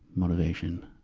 motivation.